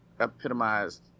epitomized